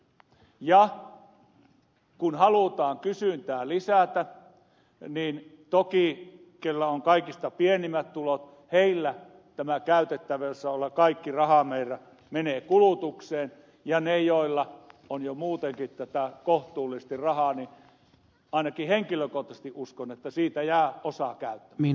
ja kun halutaan kysyntää lisätä niin toki niillä joilla on kaikista pienimmät tulot kaikki tämä käytettävissä oleva rahamäärä menee kulutukseen ja niillä joilla on jo muutenkin kohtuullisesti rahaa siitä jää osa käyttämättä niin ainakin henkilökohtaisesti uskon